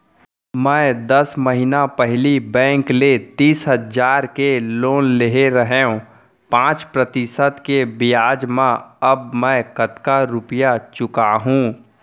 मैं दस महिना पहिली बैंक ले तीस हजार के लोन ले रहेंव पाँच प्रतिशत के ब्याज म अब मैं कतका रुपिया चुका हूँ?